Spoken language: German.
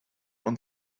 und